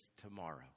tomorrow